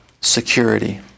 security